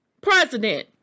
president